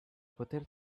poter